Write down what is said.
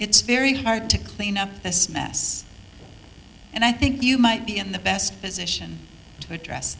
it's very hard to clean up this mess and i think you might be in the best position to address